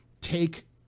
take